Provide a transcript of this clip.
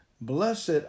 Blessed